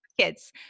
kids